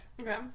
Okay